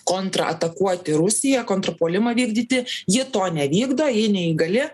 kontratakuoti rusija kontrpuolimą vykdyti ji to nevykdo ji neįgali